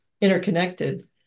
interconnected